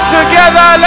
together